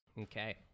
Okay